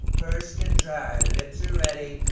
pursed and dry. lips are ready.